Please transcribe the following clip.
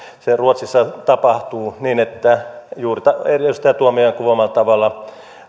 siellä ruotsissa tapahtuu niin että juuri edustaja tuomiojan kuvaamalla tavalla